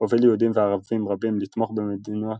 הוביל יהודים וערבים רבים לתמוך במדינות